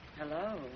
Hello